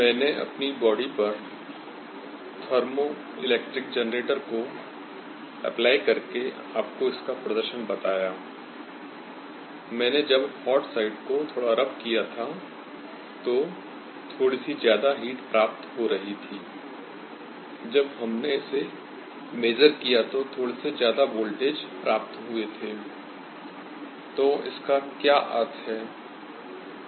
मैंने अपनी बॉडी पर थर्मो इलेक्ट्रिक जनरेटर को अप्लाई करके आपको इसका प्रदर्शन बताया I मैंने जब हॉट साइड को थोडा रब किया था तो थोड़ी सी ज्यादा हीट प्राप्त हो रही थी I जब हमने इसे मेजर किया तो थोड़े से ज्यादा वोल्टेज प्राप्त हुए थे I तो इसका क्या अर्थ है